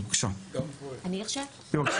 אנחנו כמובן קוראים לחקור איפה אותו מתקן או איפה אותו